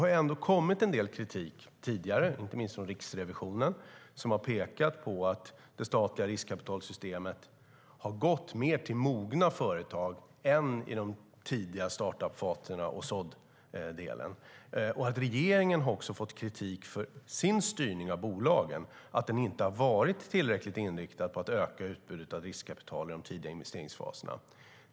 Det har kommit en del kritik tidigare, inte minst från Riksrevisionen, som har pekat på att det statliga riskkapitalet har gått mer till mogna företag än till företag i den tidiga uppstartsfasen. Regeringen har också fått kritik för sin styrning av bolagen, som inte har varit tillräckligt inriktad på att öka utbudet av riskkapital i de tidiga investeringsfaserna.